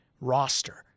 roster